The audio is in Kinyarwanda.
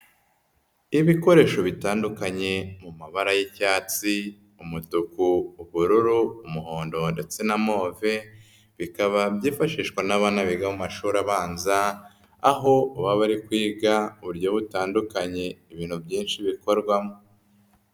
Ibikoresho bitandukanye mu mabara y'icyatsi, umutuku, ubururu, umuhondo ndetse na move, bikaba byifashishwa n'abana biga mu mashuri abanza, aho baba bari kwiga uburyo butandukanye ibintu byinshi bikorwamo.